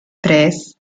tres